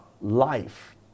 life